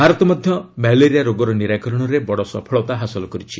ଭାରତ ମଧ୍ୟ ମ୍ୟାଲେରିଆ ରୋଗର ନିରାକରଣରେ ବଡ ସଫଳତା ହାସଲ କରିଛି